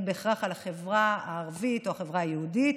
בהכרח על החברה הערבית או החברה היהודית,